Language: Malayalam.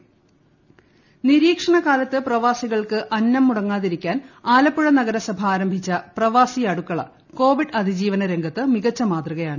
ആലപ്പുഴ ഇൻഡ്രാ നിരീക്ഷണ കാലത്ത് പ്രവാസികൾക്ക് അന്നം മുടങ്ങാതിരിക്കാൻ ആലപ്പുഴ നഗരസഭ ആരംഭിച്ച പ്രവാസി അടുക്കള കോവിഡ് അതിജീവന രംഗത്ത് മികച്ച മാതൃകയാണ്